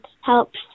helps